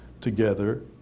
together